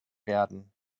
werden